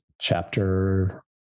chapter